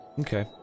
Okay